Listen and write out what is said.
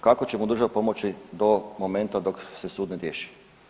Kako će mu država pomoći do momenta dok se sud ne riješi?